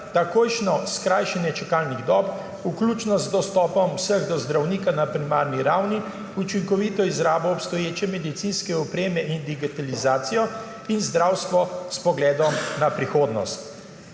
takojšnje skrajšanje čakalnih dob, vključno z dostopom vseh do zdravnika na primarni ravni, učinkovito izrabo obstoječe medicinske opreme in digitalizacijo in zdravstvo s pogledom na prihodnost